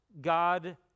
God